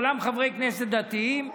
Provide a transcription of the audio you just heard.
כולם חברי כנסת דתיים,